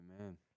Amen